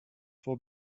vor